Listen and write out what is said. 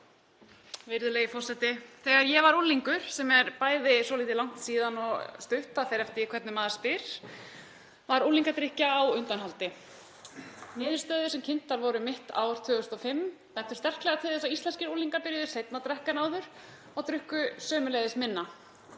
Virðulegi forseti. Þegar ég var unglingur, sem er bæði svolítið langt síðan og stutt, fer eftir því hvernig maður spyr, var unglingadrykkja á undanhaldi. Niðurstöður sem kynntar voru um mitt ár 2005 bentu sterklega til þess að íslenskir unglingar byrjuðu seinna að drekka en áður og drykkju sömuleiðis minna.